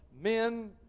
men